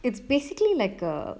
it's basically like a